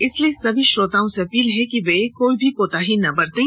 इसलिए सभी श्रोताओं से अपील है कि कोई भी कोताही ना बरतें